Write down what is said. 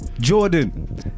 Jordan